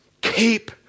Keep